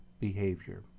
behavior